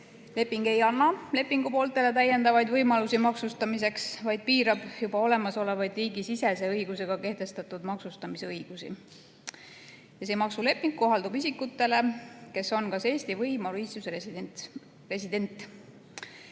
Leping ei anna pooltele täiendavaid maksustamisvõimalusi, vaid piirab juba olemasolevaid riigisisese õigusega kehtestatud maksustamisõigusi. See maksuleping kohaldub isikutele, kes on kas Eesti või Mauritiuse residendid.